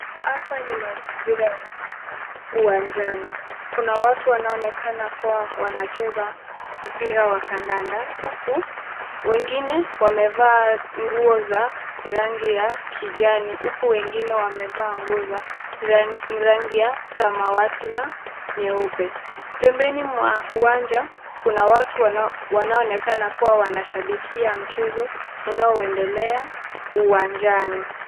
Hapa ni mazingira ya uwanjani, kuna watu hapa wanacheza mpira wa kandanda huku wengine wamevaa nguo za rangi ya kijani huku wengine wamevaa nguo ya rangi samawadi na nyeupe , pembenii mwa uwanja kuna watu wanoonekana wanashabikia mchezo unaoendelea uwanjani.